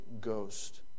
Ghost